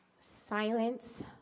silence